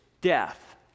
death